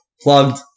Plugged